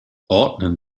ordnen